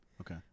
Okay